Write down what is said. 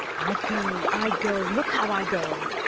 i go, i go look how i go,